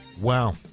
Wow